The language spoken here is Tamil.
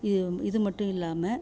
இது இது மட்டும் இல்லாமல்